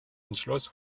entschloss